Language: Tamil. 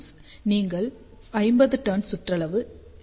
நீங்கள் 50 டர்ன் சுற்றளவு 0